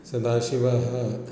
सदाशिवः